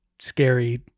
scary